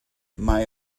may